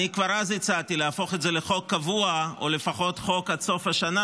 אני כבר אז הצעתי להפוך את זה לחוק קבוע או לפחות חוק עד סוף השנה,